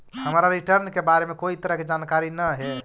हमरा रिटर्न के बारे में कोई तरह के जानकारी न हे